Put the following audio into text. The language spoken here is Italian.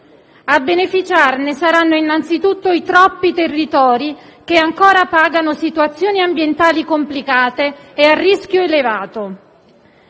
A beneficiarne saranno innanzitutto i troppi territori che ancora pagano situazioni ambientali complicate e a rischio elevato.